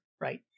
right